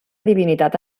divinitat